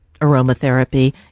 aromatherapy